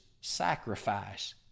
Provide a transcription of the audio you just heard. sacrifice